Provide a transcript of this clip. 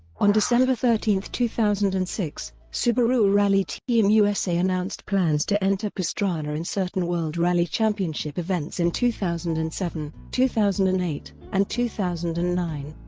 on december thirteen, two thousand and six, subaru rally team usa announced plans to enter pastrana in certain world rally championship events in two thousand and seven, two thousand and eight, and two thousand and nine.